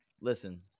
Listen